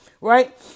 Right